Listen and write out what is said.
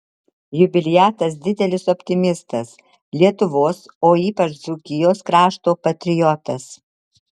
jubiliatas didelis optimistas lietuvos o ypač dzūkijos krašto patriotas